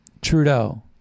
Trudeau